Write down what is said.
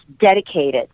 dedicated